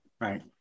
Right